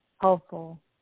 helpful